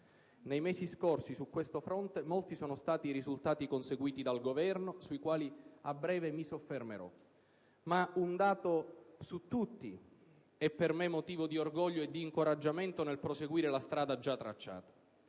Nei mesi scorsi, su questo fronte, molti sono stati i risultati conseguiti dal Governo, sui quali a breve mi soffermerò. Ma un dato su tutti è per me motivo di orgoglio e di incoraggiamento nel proseguire la strada già tracciata.